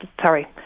sorry